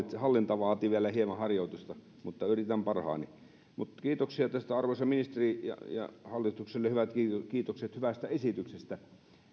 hallinta vaatii vielä hieman harjoitusta mutta yritän parhaani kiitoksia arvoisa ministeri ja hallitukselle kiitokset hyvästä esityksestä